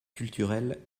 culturelles